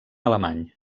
alemany